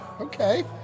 okay